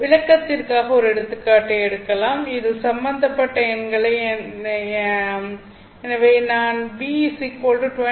விளக்கத்திற்காக ஒரு எடுத்துக்காட்டை எடுக்கலாம் இதில் சம்பந்தப்பட்ட எண்களை எனவே நாம் V26